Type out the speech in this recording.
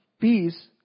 peace